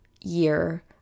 year